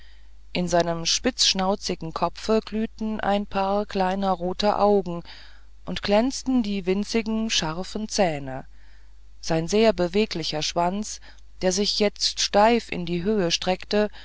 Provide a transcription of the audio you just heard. in seinem spitzschnauzigen kopfe glühte ein paar kleiner roter augen und glänzten die winzigen scharfen zähne sein sehr beweglicher schwanz der sich jetzt steif in die höhe streckte